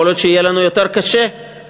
יכול להיות שיהיה לנו יותר קשה להוביל